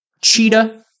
Cheetah